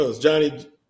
Johnny